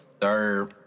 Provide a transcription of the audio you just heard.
Third